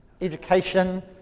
education